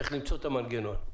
צריך למצוא את המנגנון.